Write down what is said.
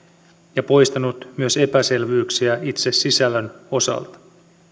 ja poistanut myös epäselvyyksiä itse sisällön osalta